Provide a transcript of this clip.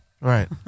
Right